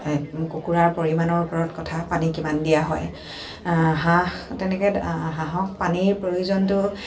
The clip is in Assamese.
কুকুৰাৰ পৰিমাণৰ ওপৰত কথা পানী কিমান দিয়া হয় হাঁহ তেনেকে হাঁহক পানীৰ প্ৰয়োজনটো